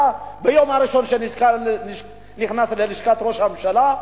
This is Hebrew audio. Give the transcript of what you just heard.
ביום הראשון שנכנס ללשכת ראש הממשלה.